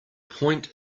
point